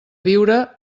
viure